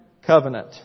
Covenant